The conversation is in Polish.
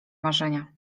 marzenia